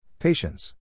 Patience